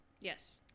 Yes